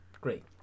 great